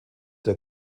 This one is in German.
der